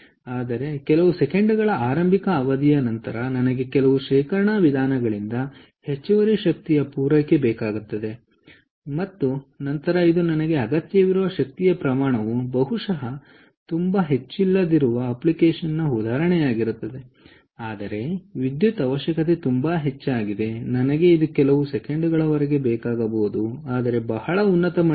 ಆದರೆ ಕೆಲವು ಸೆಕೆಂಡುಗಳ ಆರಂಭಿಕ ಅವಧಿಯ ನಂತರ ನನಗೆ ಕೆಲವು ಶೇಖರಣಾ ವಿಧಾನಗಳಿಂದ ಹೆಚ್ಚುವರಿ ಶಕ್ತಿಯ ಪೂರೈಕೆ ಬೇಕಾಗುತ್ತದೆ ಮತ್ತು ಇದು ನನಗೆ ಅಗತ್ಯವಿರುವ ಶಕ್ತಿಯ ಪ್ರಮಾಣವು ಬಹುಶಃ ತುಂಬಾ ಹೆಚ್ಚಿಲ್ಲದಿರುವ ಅಪ್ಲಿಕೇಶನ್ನ ಉದಾಹರಣೆಯಾಗಿದೆ ಆದರೆ ವಿದ್ಯುತ್ ಅವಶ್ಯಕತೆ ತುಂಬಾ ಹೆಚ್ಚಾಗಿದೆ ನನಗೆ ಇದು ಕೆಲವು ಸೆಕೆಂಡುಗಳವರೆಗೆ ಬೇಕಾಗಬಹುದು ಆದರೆ ಬಹಳ ಉನ್ನತ ಮಟ್ಟದಲ್ಲಿ